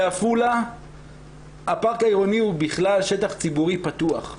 בעפולה הפארק העירוני הוא בכלל שטח ציבורי פתוח.